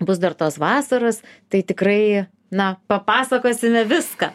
bus dar tos vasaros tai tikrai na papasakosime viską